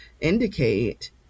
indicate